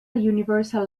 universal